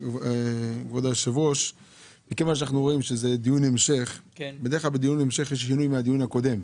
בדרך כלל בדיון המשך יש איזה שהוא שינוי מהדיון הקודם.